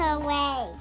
away